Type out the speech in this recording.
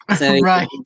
Right